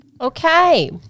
Okay